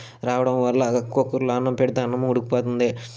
రావడం వల్ల కుక్కర్లో అన్నం పెడితే అన్నం ఉడికిపోతుంది